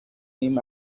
name